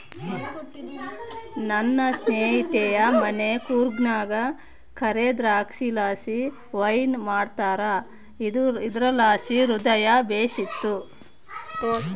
ನನ್ನ ಸ್ನೇಹಿತೆಯ ಮನೆ ಕೂರ್ಗ್ನಾಗ ಕರೇ ದ್ರಾಕ್ಷಿಲಾಸಿ ವೈನ್ ಮಾಡ್ತಾರ ಇದುರ್ಲಾಸಿ ಹೃದಯ ಬೇಶಿತ್ತು